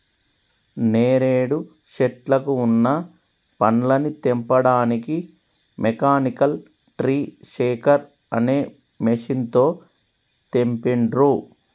నేరేడు శెట్లకు వున్న పండ్లని తెంపడానికి మెకానికల్ ట్రీ షేకర్ అనే మెషిన్ తో తెంపిండ్రు